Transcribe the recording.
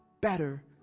better